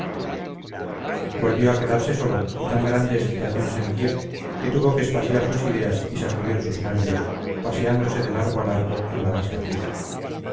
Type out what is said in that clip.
volvió a quedarse solo y tan grande excitación sentía que tuvo que espaciar sus ideas y sacudir sus nervios paseándose de largo a largo en la vasta pieza